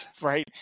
Right